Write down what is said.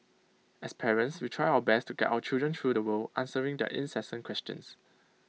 as parents we try our best to guide our children through the world answering their incessant questions